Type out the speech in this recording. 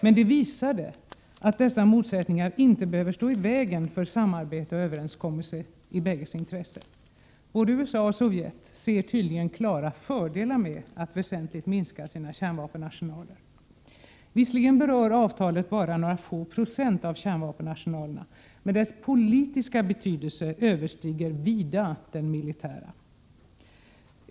Men det visade att dessa motsättningar inte behöver stå i vägen för samarbete och överenskommelser i bägges intresse. Både USA och Sovjetunionen ser tydligen klara fördelar med att väsentligt minska sina kärnvapenarsenaler. Avtalet berör visserligen bara några få procent av kärnvapenarsenalerna, men dess politiska betydelse överstiger vida den militära.